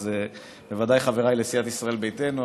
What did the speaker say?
אז בוודאי חבריי לסיעת ישראל ביתנו,